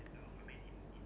ya